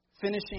finishing